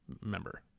member